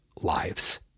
lives